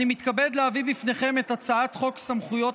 אני מתכבד להביא בפניכם את הצעת חוק סמכויות